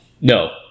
No